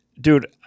dude